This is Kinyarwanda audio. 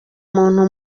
muntu